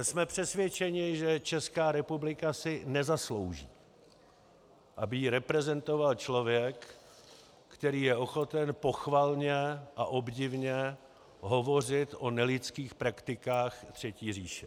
Jsme přesvědčeni, že Česká republika si nezaslouží, aby ji reprezentoval člověk, který je ochoten pochvalně a obdivně hovořit o nelidských praktikách třetí říše.